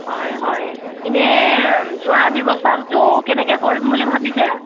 হয় হয় এনেই যোৱাৰ ব্যৱস্থাটো কেনেকৈ কৰিম বুলি ভাবিছে